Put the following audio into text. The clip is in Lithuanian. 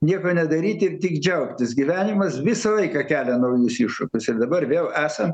nieko nedaryti ir tik džiaugtis gyvenimas visą laiką kelia naujus iššūkius ir dabar vėl esam